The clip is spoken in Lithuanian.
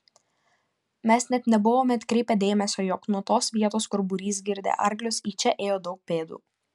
mes net nebuvome atkreipę dėmesio jog nuo tos vietos kur būrys girdė arklius į čia ėjo daug pėdų